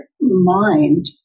mind